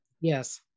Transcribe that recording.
yes